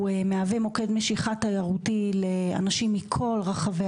הוא מהווה מוקד משיכה תיירותי לאנשים מכל רחבי